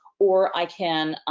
or i can,